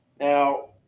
Now